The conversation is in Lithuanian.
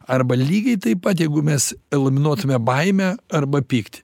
arba lygiai taip pat jeigu mes elaminuotume baimę arba pyktį